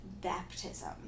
baptism